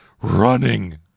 running